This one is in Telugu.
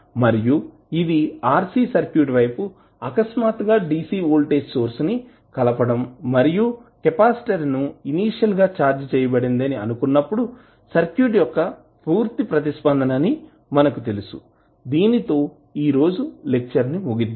మరియు ఇది RC సర్క్యూట్ వైపు అకస్మాత్తుగా dc వోల్టేజ్ సోర్స్ ని కలపడం మరియు కెపాసిటర్ ను ఇనీషియల్ గా ఛార్జ్ చేయబడింది అని అనుకున్నప్పుడు సర్క్యూట్ యొక్క పూర్తి ప్రతిస్పందన అని మనకు తెలుసు దీని తో ఈ రోజు లెక్చర్ ని ముగిద్దాం